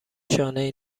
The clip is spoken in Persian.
شانهای